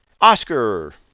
Oscar